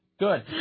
Good